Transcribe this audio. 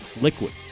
liquid